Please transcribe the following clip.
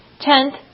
Tenth